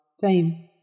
Fame